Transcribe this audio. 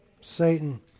Satan